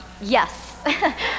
Yes